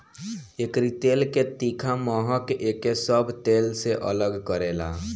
एकरी तेल के तीखा महक एके सब तेल से अलग करेला